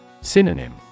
Synonym